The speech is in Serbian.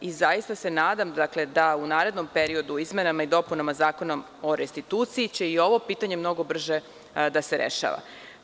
Zaista se nadam da će se u narednom periodu izmenama i dopunama Zakona o restituciji i ovo pitanje mnogo brže rešavati.